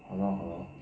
好咯好咯